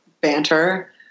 banter